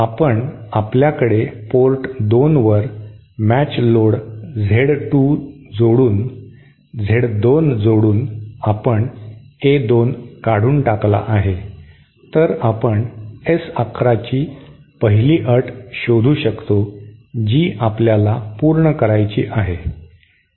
आपण आपल्याकडे पोर्ट 2 वर मॅच लोड Z 2 जोडून आपण A 2 काढून टाकला आहे तर आता आपण S 1 1 ची पहिली अट शोधू शकतो जी आपल्याला पूर्ण करायची आहे